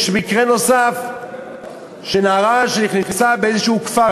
יש מקרה נוסף של נערה שנכנסה לאיזה כפר,